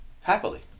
happily